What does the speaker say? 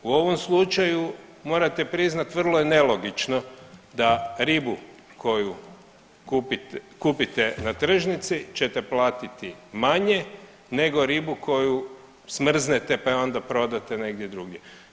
U ovom slučaju morate priznati vrlo je nelogično da ribu koju kupite na tržnici čete platiti manje nego ribu koju smrznete pa ju onda prodate negdje drugdje.